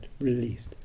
released